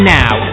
now